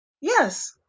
Yes